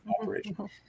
operation